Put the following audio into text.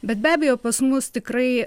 bet be abejo pas mus tikrai